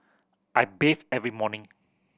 I bathe every morning